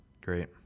great